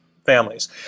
Families